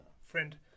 friend